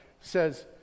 says